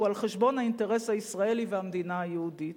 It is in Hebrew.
על חשבון האינטרס הישראלי והמדינה היהודית.